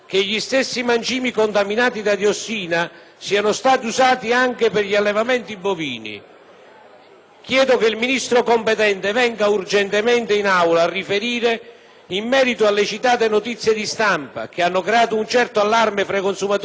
Chiedo che il Ministro competente venga urgentemente in Aula a riferire in merito alle citate notizie di stampa, che hanno creato un certo allarme tra i consumatori italiani, al fine di fornire corrette e dettagliate informazioni sui fatti richiamati,